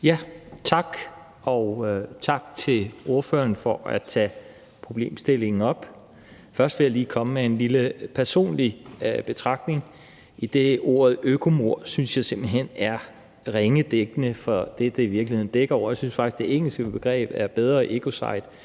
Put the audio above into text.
Valentin (V): Tak til ordføreren for at tage problemstillingen op. Først vil jeg lige komme med en lille personlig betragtning, idet jeg simpelt hen synes, at ordet økomord er ringe dækkende for det, det i virkeligheden dækker over. Jeg synes faktisk, at det engelske begreb er bedre. Ecocide